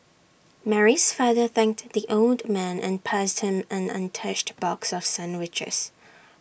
Mary's father thanked the old man and passed him an untouched box of sandwiches